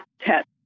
test